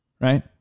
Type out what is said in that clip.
right